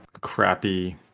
crappy